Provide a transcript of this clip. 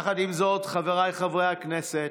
יחד עם זאת, חבריי חברי הכנסת,